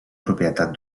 propietat